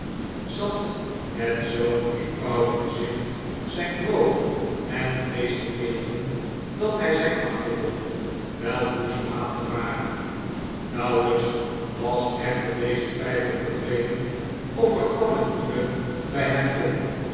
zat met zoo'n eenvoudig gezicht zijn brood en vleesch te eten dat hij zijn achterdocht wel moest laten varen nauwelijks was echter deze twijfel verdwenen of er kwam een nieuwe bij hem op